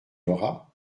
aura